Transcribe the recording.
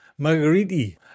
Margariti